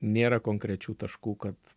nėra konkrečių taškų kad